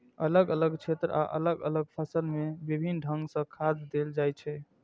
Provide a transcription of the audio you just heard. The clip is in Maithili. अलग अलग क्षेत्र आ अलग अलग फसल मे विभिन्न ढंग सं खाद देल जाइ छै